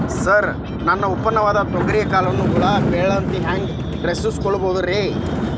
ನನ್ನ ಉತ್ಪನ್ನವಾದ ತೊಗರಿಯ ಕಾಳುಗಳನ್ನ ಹುಳ ಬೇಳದಂತೆ ಹ್ಯಾಂಗ ರಕ್ಷಿಸಿಕೊಳ್ಳಬಹುದರೇ?